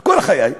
בכל חיי,